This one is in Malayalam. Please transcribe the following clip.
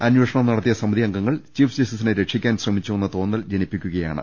അന്വേഷണം നടത്തിയ സമിതി അംഗങ്ങൾ ചീഫ് ജസ്റ്റിസിനെ രക്ഷിക്കാൻ ശ്രമിച്ചുവെന്ന തോന്നൽ ജനിപ്പിക്കുകയാണ്